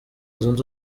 zunze